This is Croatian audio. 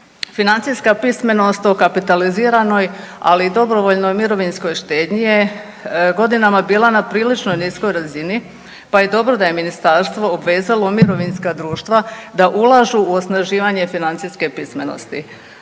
Financijska pismenost o kapitaliziranoj ali i dobrovoljnoj mirovinskoj štednji je godinama bila na prilično niskoj razini pa je dobro da je ministarstvo obvezalo mirovinska društva da ulažu u osnaživanje financijske pismenosti.